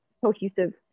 cohesive